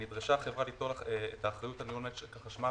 נדרשה החברה ליטול את האחריות על ניהול משק החשמל